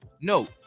Note